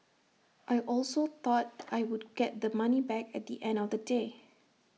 I also thought I would get the money back at the end of the day